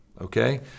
okay